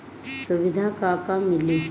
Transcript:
सुविधा का का मिली?